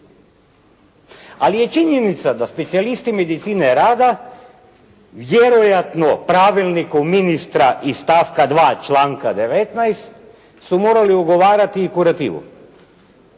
Ali je činjenica da specijalisti medicine rada vjerojatno pravilnikom ministra iz stavka 2. članka 19. su morali ugovarati i kurativu.